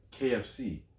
KFC